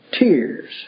tears